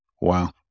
Wow